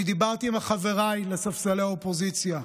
אני דיברתי עם חבריי לספסלי האופוזיציה.